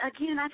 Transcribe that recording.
Again